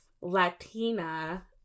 Latina